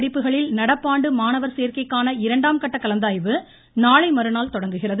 படிப்புகளில் நடப்பாண்டு மாணாக்கர் சேர்க்கைக்கான இரண்டாம் கட்ட கலந்தாய்வு நாளை மறுநாள் தொடங்குகிறது